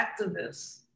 activists